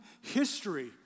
history